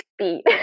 speed